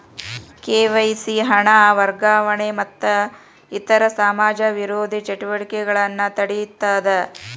KYC ಹಣ ವರ್ಗಾವಣೆ ಮತ್ತ ಇತರ ಸಮಾಜ ವಿರೋಧಿ ಚಟುವಟಿಕೆಗಳನ್ನ ತಡೇತದ